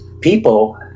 People